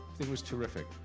it was terrific.